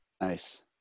Nice